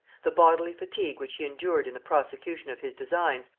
the bodily fatigue which he endured in the prosecution of his designs,